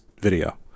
video